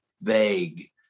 vague